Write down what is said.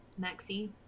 maxi